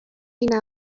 این